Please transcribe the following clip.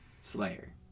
Slayer